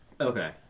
Okay